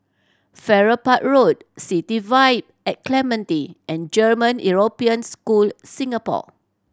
Farrer Park Road City Vibe at Clementi and German European School Singapore